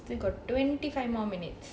then got twenty five more minutes